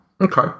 Okay